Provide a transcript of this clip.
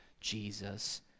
Jesus